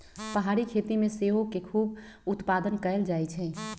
पहारी खेती में सेओ के खूब उत्पादन कएल जाइ छइ